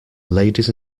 ladies